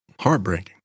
Heartbreaking